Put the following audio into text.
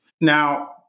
Now